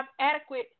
adequate